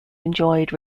enjoyed